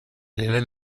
known